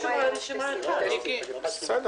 את הילדים שלהם לחינוך, ויש בעיה